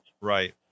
Right